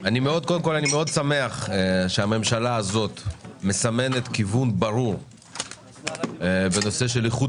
אני מאוד שמח שהממשלה הזאת מסמנת כיוון ברור בנושא של איכות